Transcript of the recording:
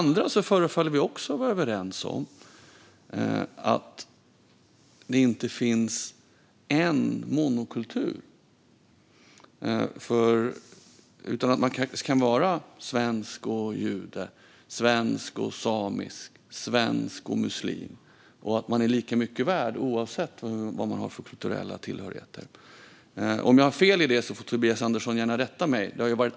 Vi förefaller också att vara överens om att det inte finns en monokultur, utan att man kan vara svensk och jude, svensk och samisk, svensk och muslim och att man är lika mycket värd oavsett kulturell tillhörighet. Om jag har fel i det får Tobias Andersson gärna rätta mig.